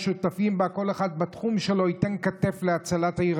שותפים בה וכל אחד בתחום שלו ייתן כתף להצלת העיר